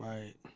Right